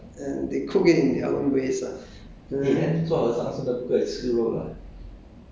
veggies there are some veggie there are some meat stuff and they cook it in other ways ah